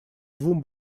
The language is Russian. двум